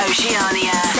Oceania